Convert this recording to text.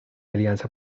alianza